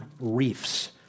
Reefs